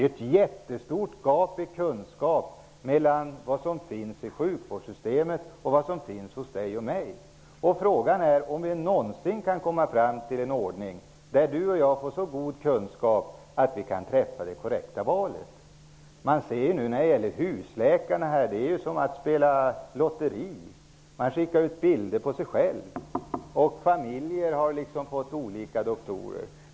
Gapet mellan den kunskap som finns inom sjukvårdssystemet och den kunskap som den enskilda människan har är mycket stort. Frågan är om vi någonsin kan få en sådan situation där enskilda människor har så goda kunskaper att de kan göra det korrekta valet. När det gäller valet av husläkare är det som att spela på lotteri. Läkare har skickat ut bilder på sig själva. Inom en familj har man fått olika husläkare.